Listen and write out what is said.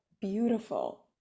beautiful